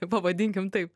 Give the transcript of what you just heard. pavadinkim taip